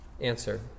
Answer